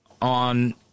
on